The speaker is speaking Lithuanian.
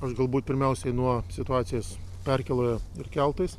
aš galbūt pirmiausiai nuo situacijos perkėloje ir keltais